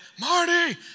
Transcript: Marty